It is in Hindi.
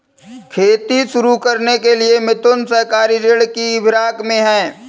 खेती शुरू करने के लिए मिथुन सहकारी ऋण की फिराक में है